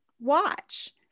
watch